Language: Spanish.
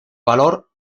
valor